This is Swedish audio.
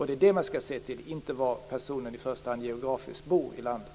Det är detta man skall se till, inte i första hand till var personen geografiskt bor i landet.